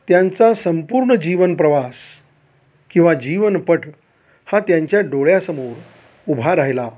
त्यांचा संपूर्ण जीवन प्रवास किंवा जीवनपट हा त्यांच्या डोळ्यासमोर उभा राहिला